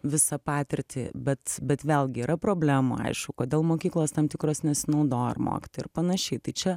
visą patirtį bet bet vėlgi yra problemų aišku kodėl mokyklos tam tikros nesinaudoja ar mokytojai ir panašiai tai čia